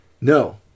No